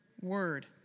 Word